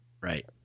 right